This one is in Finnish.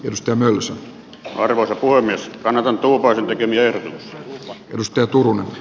jos tämä myös karvasapua myös kanadan tuovan näkymiään perusteltuna